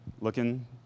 looking